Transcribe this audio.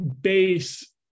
base